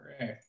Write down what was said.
right